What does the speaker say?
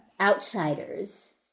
outsiders